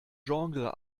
genre